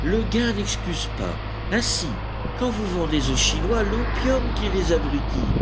le gain n'excuse pas ainsi quand vous vendez aux chinois l'opium qui les abrutit